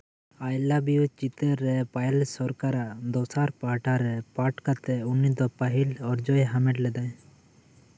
I love you ᱪᱤᱛᱟᱹᱨ ᱨᱮ ᱯᱟᱭᱮᱞ ᱥᱚᱨᱠᱟᱨᱟᱜ ᱫᱚᱥᱟᱨ ᱯᱟᱦᱴᱟᱨᱮ ᱯᱟᱴᱷ ᱠᱟᱛᱮᱜ ᱩᱱᱤᱫᱚ ᱯᱟᱹᱦᱤᱞ ᱚᱨᱡᱚᱭ ᱦᱟᱢᱮᱴ ᱞᱮᱫᱟᱭ